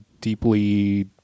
deeply